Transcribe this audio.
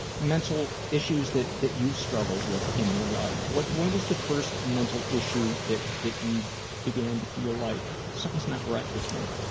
mental issues that that you've struggled with in your life. when was the first mental issue that that you began to feel like something's not right with me?